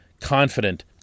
confident